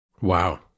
Wow